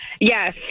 Yes